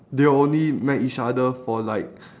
they only met each other for like